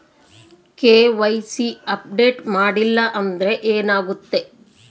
KYC update ಮಾಡಿಲ್ಲ ಅಂದ್ರೆ ಏನಾಗುತ್ತೆ?